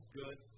good